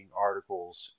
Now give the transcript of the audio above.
articles